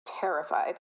terrified